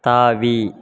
தாவி